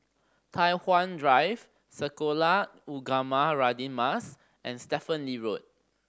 Tai Hwan Drive Sekolah Ugama Radin Mas and Stephen Lee Road